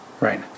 Right